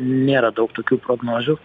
nėra daug tokių prognozių